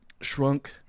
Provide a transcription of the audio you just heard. shrunk